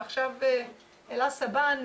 ועכשיו אלה סבן,